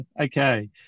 Okay